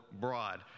broad